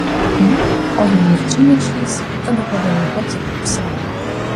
na o jei ir čia neišeis tada po velnių duok jam niuksą